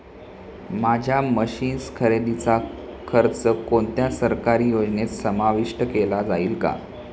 माझ्या मशीन्स खरेदीचा खर्च कोणत्या सरकारी योजनेत समाविष्ट केला जाईल का?